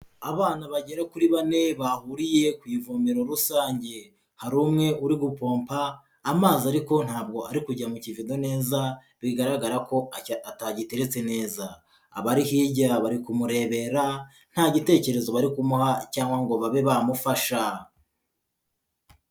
Abana bagera kuri bane bahuriye ku ivomero rusange, hari umwe uri gupompa amazi ariko ntabwo ari kujya mu kivido neza, bigaragara ko atagiteretse neza, abari hirya bari kumurebera nta gitekerezo bari kumuha cyangwa ngo babe bamufasha.